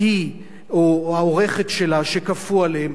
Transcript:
היא או העורכת שלה שכפו עליהן.